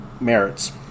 merits